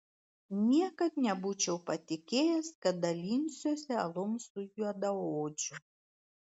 niekad nebūčiau patikėjęs kad dalinsiuosi alum su juodaodžiu